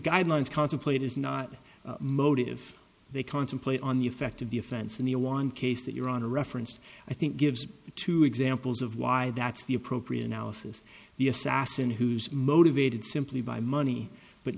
guidelines contemplate is not motive they contemplate on the effect of the offense in the one case that you're on a reference to i think gives two examples of why that's the appropriate analysis the assassin who's motivated simply by money but